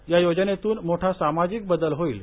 या योजनेतून मोठा सामाजिक बदल होईल